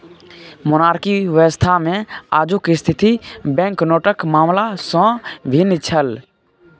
monarchy व्यवस्थामे आजुक स्थिति बैंकनोटक मामला सँ भिन्न छल